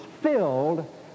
filled